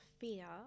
fear